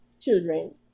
children